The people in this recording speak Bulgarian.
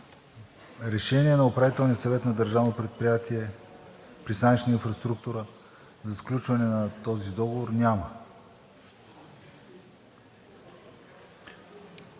решение на Управителния съвет на Държавно предприятие „Пристанищна инфраструктура“ за сключване на този договор няма.